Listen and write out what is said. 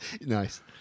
Nice